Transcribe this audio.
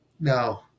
No